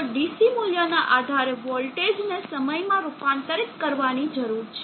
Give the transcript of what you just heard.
તો ડીસી મૂલ્યના આધારે વોલ્ટેજને સમયમાં રૂપાંતરીત કરવાની જરૂરી છે